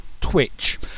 Twitch